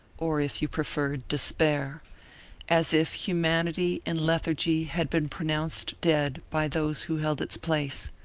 or if you preferred, despair as if humanity in lethargy had been pronounced dead by those who held its place.